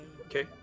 Okay